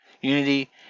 unity